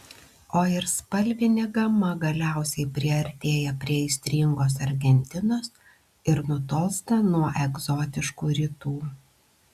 o ir spalvinė gama galiausiai priartėja prie aistringos argentinos ir nutolsta nuo egzotiškų rytų